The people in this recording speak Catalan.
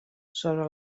sobre